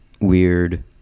weird